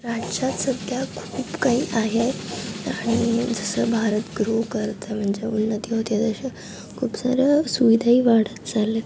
राज्यात सध्या खूप काही आहे आणि जसं भारत ग्रो करत आहे म्हणजे उन्नती होते तशा खूप साऱ्या सुविधाही वाढत चाललेत